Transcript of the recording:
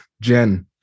Jen